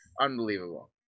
Unbelievable